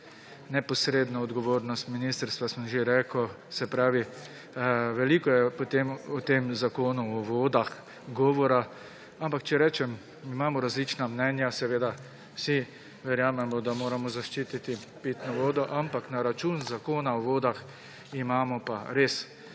neposredno odgovornost ministrstva – sem že rekel. Se pravi, veliko je o tem Zakonu o vodah govora, ampak če rečem, imamo različna mnenja, seveda vsi verjamemo, da moramo zaščititi pitno vodo, ampak na račun Zakona o vodah imamo pa res